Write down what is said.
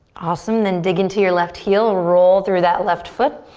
awesome, then dig into your left heel, roll through that left foot.